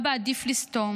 אבא, עדיף לסתום.